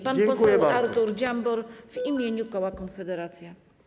Pan poseł Artur Dziambor w imieniu koła Konfederacja.